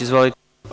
Izvolite.